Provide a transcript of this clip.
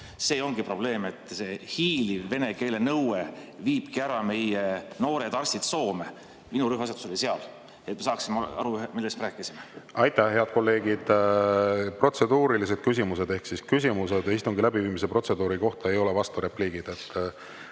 See ongi probleem, et see hiiliv vene keele nõue viib meie noored arstid ära Soome. Minu rõhuasetus oli sellel – et me saaksime aru, millest me rääkisime. Aitäh, head kolleegid! Protseduurilised küsimused on küsimused istungi läbiviimise protseduuri kohta. Need ei ole vasturepliigid.